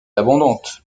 abondante